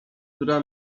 która